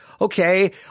Okay